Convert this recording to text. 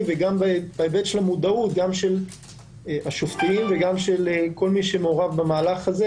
וגם בהיבט של המודעות גם של השופטים וכל מי שמעורב במהלך הזה.